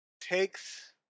takes